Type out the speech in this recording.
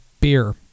beer